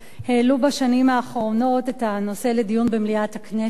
העלו בשנים האחרונות את הנושא לדיון במליאת הכנסת,